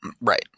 Right